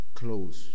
close